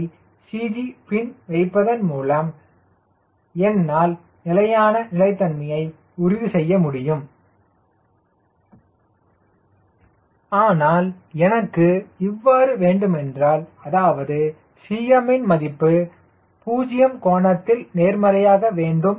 யை CG பின் வைப்பதன் மூலம் என்னால் நிலையான நிலைத்தன்மையை உறுதி செய்ய முடியும் ஆனால் எனக்கு இவ்வாறு வேண்டுமென்றால் அதாவது Cm ன் மதிப்பு 0 கோணத்தில் நேர்மறையாக வேண்டும்